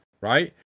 right